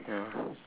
ya